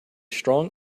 strong